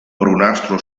brunastro